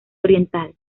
oriental